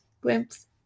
glimpse